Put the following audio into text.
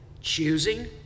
choosing